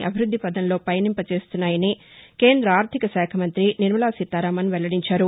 అభివృద్ది పథంలో పయనింప చేస్తున్నాయని కేంద ఆర్థిక శాఖ మంతి నిర్మల సీతారామన్ వెల్లడించారు